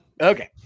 Okay